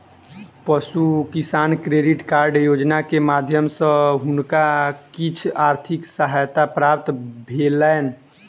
पशु किसान credit card योजना के माध्यम सॅ हुनका किछ आर्थिक सहायता प्राप्त भेलैन